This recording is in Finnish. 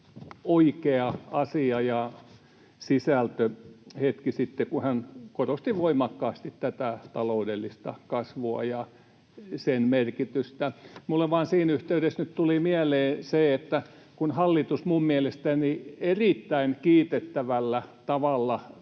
oikeaa asiaa ja sisältöä hetki sitten, kun hän korosti voimakkaasti tätä taloudellista kasvua ja sen merkitystä. Minulle vain siinä yhteydessä nyt tuli mieleen se, että hallitus minun mielestäni erittäin kiitettävällä tavalla